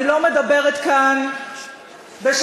אני לא מדברת כאן בשם